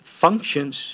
functions